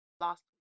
last